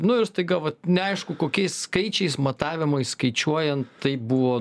nu ir staiga vat neaišku kokiais skaičiais matavimais skaičiuojant tai buvo